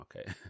okay